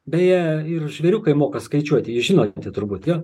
beje ir žvėriukai moka skaičiuoti jūs žinote turbūt jo